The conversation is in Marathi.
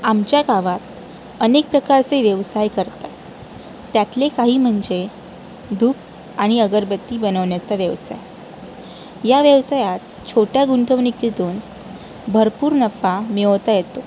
आमच्या गावात अनेक प्रकारचे व्यवसाय करतात त्यातले काही म्हणजे धूप आणि अगरबत्ती बनवण्याचा व्यवसाय या व्यवसायात छोट्या गुंतवणूकीतून भरपूर नफा मिळवता येतो